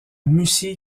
mussy